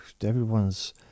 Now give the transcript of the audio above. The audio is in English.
Everyone's